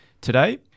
Today